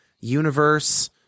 universe